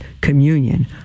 communion